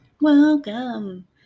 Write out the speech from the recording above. welcome